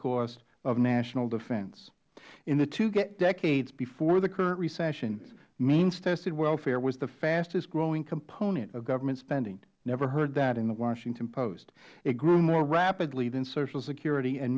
cost of national defense in the two decades before the current recession means tested welfare was the fastest growing component of government spending we never heard that in the washington post it grew more rapidly than social security and